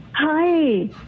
Hi